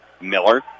Miller